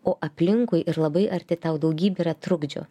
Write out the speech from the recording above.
o aplinkui ir labai arti tau daugybė yra trukdžių